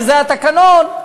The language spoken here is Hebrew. שזה התקנון,